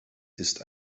ist